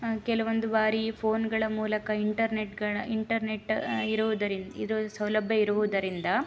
ಕೆಲವೊಂದು ಬಾರಿ ಫೋನ್ಗಳ ಮೂಲಕ ಇಂಟರ್ನೆಟ್ಗಳ ಇಂಟರ್ನೆಟ್ ಇರೋದರಿನ್ ಇರೋ ಸೌಲಭ್ಯ ಇರುವುದರಿಂದ